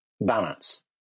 balance